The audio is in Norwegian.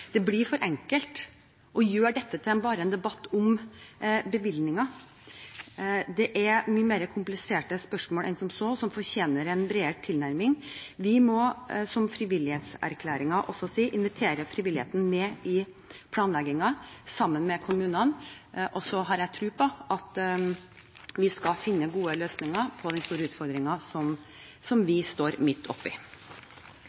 Det blir for enkelt å gjøre dette til bare en debatt om bevilgninger. Det er mye mer kompliserte spørsmål enn som så, som fortjener en bredere tilnærming. Vi må – som Frivillighetserklæringen også sier – invitere frivilligheten med i planleggingen, sammen med kommunene, og så har jeg tro på at vi skal finne gode løsninger på den store utfordringen som vi